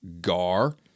gar